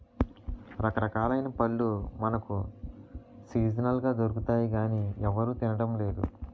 రకరకాలైన పళ్ళు మనకు సీజనల్ గా దొరుకుతాయి గానీ ఎవరూ తినడం లేదు